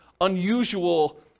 unusual